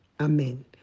Amen